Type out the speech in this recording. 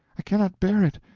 i cannot bear it.